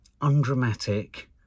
undramatic